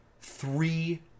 three